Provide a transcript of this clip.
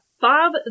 Bob